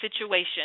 situation